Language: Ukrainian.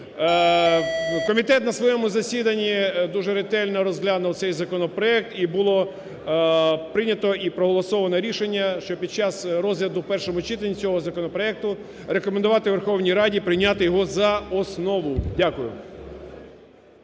Комітет на своєму засіданні дуже ретельно розглянув цей законопроект. І було прийнято і проголосовано рішення, що під час розгляду в першому читанні цього законопроекту рекомендувати Верховній Раді прийняти його за основу. Дякую.